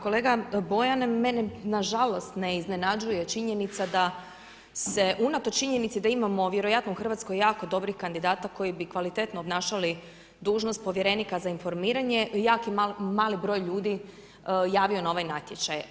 Kolega Bojan, mene nažalost, ne iznenađuje činjenica da se unatoč činjenici, da imamo vjerojatno u Hrvatskoj, jako dobrih kandidata, koji bi kvalitetno obnašali dužnost povjerenika za informiranje, jako mali broj ljudi javio na ovaj natječaj.